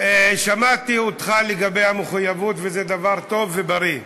שמעתי אותך לגבי המחויבות, וזה דבר טוב ובריא,